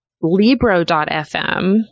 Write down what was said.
Libro.fm